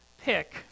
pick